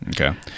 Okay